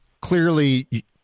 clearly